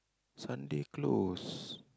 Sunday close